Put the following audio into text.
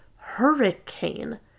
hurricane